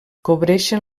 cobreixen